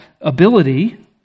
ability